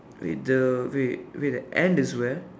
wait the wait wait the and is where ah